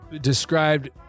described